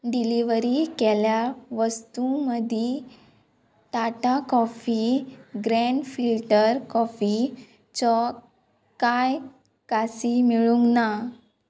delivery केल्या वस्तूं मदीं टाटा कॉफी ग्रॅंड फिल्टर कॉफीचो कांय कासी मेळूंक ना